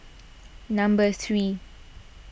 number three